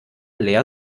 leer